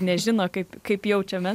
nežino kaip kaip jaučiamės